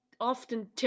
often